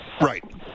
Right